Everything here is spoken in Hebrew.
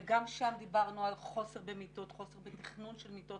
וגם שם דיברנו על חוסר במיטות וחוסר בתכנון של מיטות